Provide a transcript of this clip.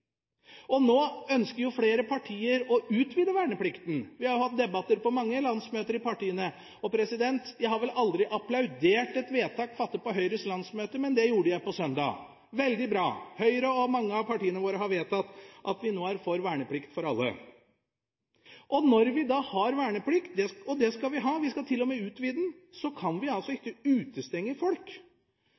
Og nå ønsker jo flere partier å utvide verneplikten. Det har vært debatter på landsmøtet i mange partier, og jeg har vel aldri applaudert et vedtak fattet på Høyres landsmøte, men det gjorde jeg på søndag – veldig bra. Høyre og mange andre partier har vedtatt at de nå er for verneplikt for alle. Når vi da har verneplikt – og det skal vi ha, vi skal til og med utvide den – kan vi altså ikke utestenge folk.